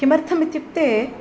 किमर्थम् इत्युक्ते